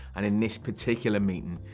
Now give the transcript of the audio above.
and in this particular meeting,